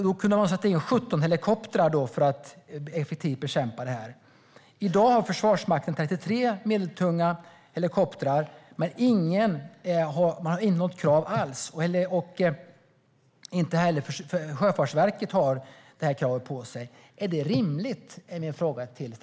Då kunde man sätta in 17 helikoptrar för att effektivt bekämpa branden. I dag har Försvarsmakten 33 medeltunga helikoptrar, men de har inte något krav på sig alls. Det har heller inte Sjöfartsverket. Min fråga till statsrådet är: Är detta rimligt?